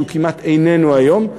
שהוא כמעט איננו היום,